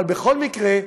בכל מקרה,